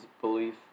belief